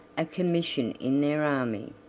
a commission in their army.